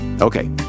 okay